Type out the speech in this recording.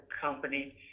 company